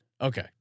Okay